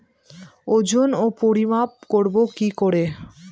ওজন ও পরিমাপ করব কি করে?